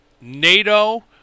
NATO